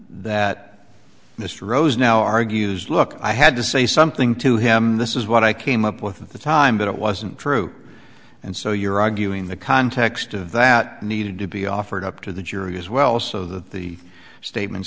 that mr rose now argues look i had to say something to him this is what i came up with the time that it wasn't true and so you're arguing the context of that needed to be offered up to the jury as well so that the statements